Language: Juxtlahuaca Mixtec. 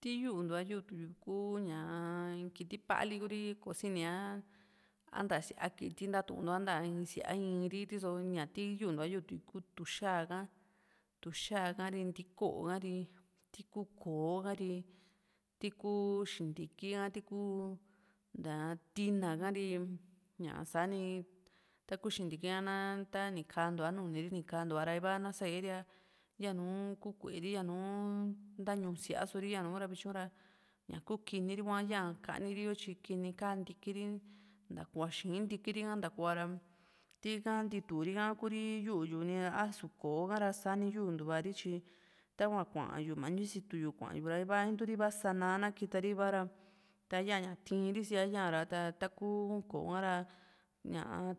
tii yuunt´a yutu kuu ñáa in kiti pali Kuri ko sini a nta síaa kiti ntatunto a síaa i´ri riso ña ti yuntu´a yutu´i ku tuxca ka tuxa ka ri ntíko´o ka ri ti ku koo ha ri tiku xintiki ha tiku tina ka ri ña sa´ni taku xintiki ha na tá ni kaantu´a nuni ri ni kantu´a ra iva na seeyae ri ra yanu kuu kue´ri yanu nta´ñu síaa sori yanu ra ña kukini ri hua yá kaniri yo tyi kiní ka ntikiri nta kua xii ntikiri nta kua ra tika ntiitu ri´ka Kuri yuu´yu ni ra a´su koo ha ra sani yuu ntua ri tyi tahua kuayu mañu situ yu kuayu ra iva inturi iva sá´na na kitari iva ra ta yaa tii ri síaa yo yaa ra taku koo ha ra ñaa